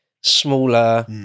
smaller